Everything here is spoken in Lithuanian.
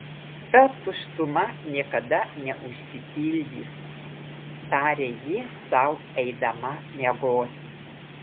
ta tuštuma niekada neužsipildys tarė ji sau eidama miegoti